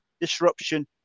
disruption